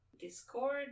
Discord